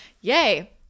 yay